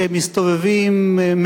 שמסתובבים,